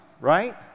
right